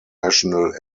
national